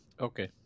Okay